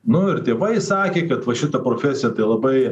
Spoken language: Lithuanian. nu ir tėvai sakė kad va šita profesija tai labai